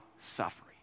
suffering